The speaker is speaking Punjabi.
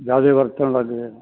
ਜ਼ਿਆਦਾ ਵਰਤਣ ਲੱਗ ਜਾਵੇ